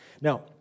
Now